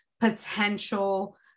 potential